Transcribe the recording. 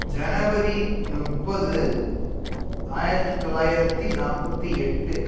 ஜனவரி முப்பது ஆயிரத்தி தொள்ளாயிரத்தி நாற்பத்தி எட்டு